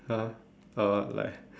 !huh! or like